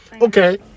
okay